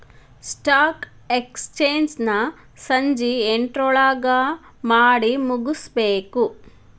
stock exchange ನ ಸಂಜಿ ಎಂಟ್ರೊಳಗಮಾಡಿಮುಗ್ಸ್ಬೇಕು